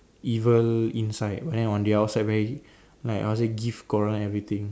evil inside but then on the outside very like how to say give Coraline everything